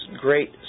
great